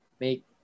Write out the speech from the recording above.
make